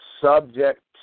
subject